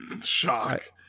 Shock